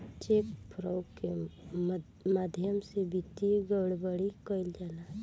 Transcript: check fraud के माध्यम से वित्तीय गड़बड़ी कईल जाला